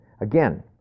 Again